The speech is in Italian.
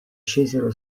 scesero